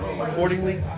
accordingly